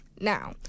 Now